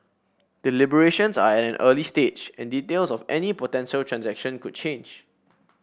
deliberations are at an early stage and details of any potential transaction could change